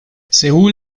seoul